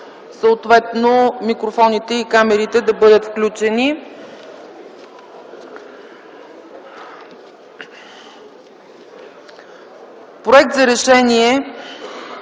съответно микрофоните и камерите да бъдат включени.